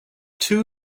two